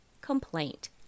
complaint